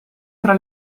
tra